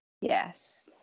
Yes